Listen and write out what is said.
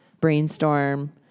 brainstorm